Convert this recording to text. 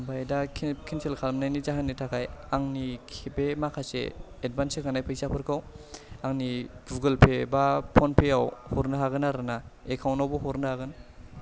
ओमफाय दा केन्सेल खालामनायनि जाहोननि थाखाय आंनि बे माखासे एडबान्स होखानाय फैसाफोरखौ आंनि गुगोल पे बा फनपे याव हरनो हागोन आरोना एखाउन्ट आवबो हरनो हागोन